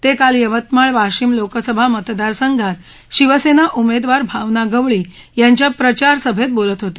ते काल यवतमाळ वाशिम लोकसभा मतदारसंघात शिवसेना उमेदवार भावना गवळी यांच्या प्रचारसभेत बोलत होते